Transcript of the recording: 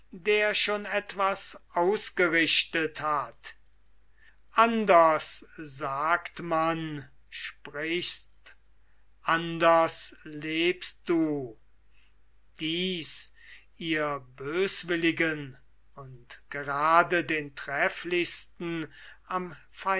der schon etwas ausgerichtet hat anders sagt man sprichst anders lebst du dies ihr böswilligen und gerade den trefflichsten am